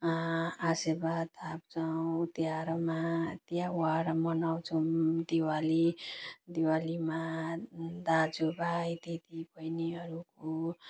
आशीर्वाद थाप्छौँ तिहारमा तिहार मनाउँछौँ दिवाली दिवालीमा दाजुभाइ दिदीबहिनीहरूको